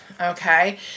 okay